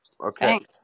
Okay